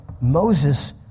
Moses